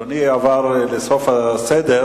אדוני עבר לסוף הסדר.